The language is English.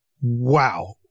wow